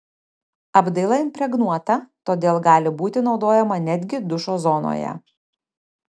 apdaila impregnuota todėl gali būti naudojama netgi dušo zonoje